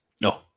No